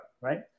right